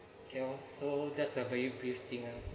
okay oh so that's a very brief thing ah